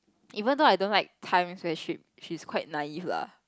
even though I don't like tights relationship she is quite nice if lah